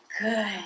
Good